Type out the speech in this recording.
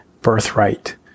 birthright